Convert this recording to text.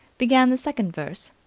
began the second verse,